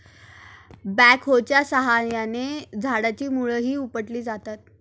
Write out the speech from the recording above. बॅकहोच्या साहाय्याने झाडाची मुळंही उपटली जातात